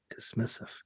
dismissive